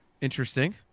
interesting